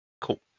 cool